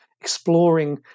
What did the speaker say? exploring